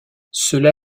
cela